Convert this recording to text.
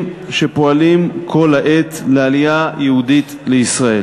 שפועלים כל העת לעלייה יהודית לישראל,